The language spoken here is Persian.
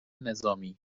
نظامی